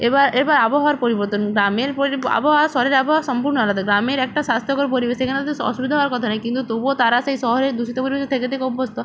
এবার এবার আবহাওয়ার পরিবর্তন গ্রামের আবহাওয়া শহরের আবহাওয়া সম্পূর্ণ আলাদা গ্রামের একটা স্বাস্থ্যকর পরিবেশ সেখানে যদিও অসুবিধা হওয়ার কথা নয় কিন্তু তবুও তারা সেই শহরের দূষিত পরিবেশে থেকে থেকে অভ্যস্ত